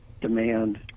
demand